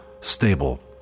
stable